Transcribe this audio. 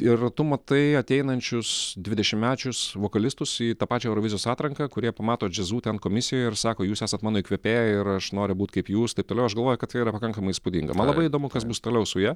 ir tu matai ateinančius dvidešimmečius vokalistus į tą pačią eurovizijos atranką kurie pamato džiazu ten komisijoj ir sako jūs esat mano įkvėpėja ir aš noriu būt kaip jūs taip toliau aš galvoju kad tai yra pakankamai įspūdinga man labai įdomu kas bus toliau su ja